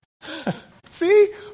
See